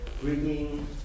bringing